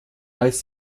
als